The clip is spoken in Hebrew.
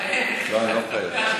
אני לא אעשה את ההנחות האלה.